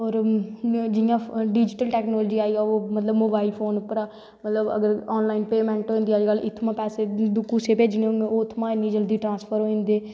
और जियां digital technology अगर मतलव मोबाईल फोन परा मतलव अगर ऑन लाईन पेमैंट होंदी अज्ज कल इत्थमां दा पैसे कुसेगी भेजनें होंगन उत्थमां दा इन्ना जल्दी ट्रांसफर होई जंदे